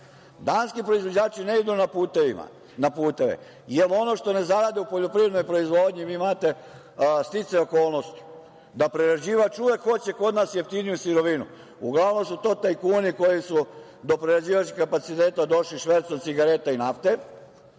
proizvođači ne idu na puteve, jer ono što ne zarade u poljoprivrednoj proizvodnji… Vi imate sticaj okolnosti, da prerađivač uvek hoće kod nas jeftiniju sirovinu, a uglavnom su to tajkuni koji su do prerađivačkih kapaciteta došli švercom cigareta i nafte